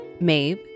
Maeve